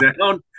down